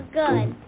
good